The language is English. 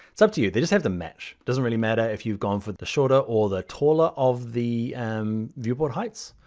it's up to you, they just have to match. doesn't really matter if you've gone for. the shorter or the taller of the um viewport heights.